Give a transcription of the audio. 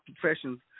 professions